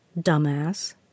Dumbass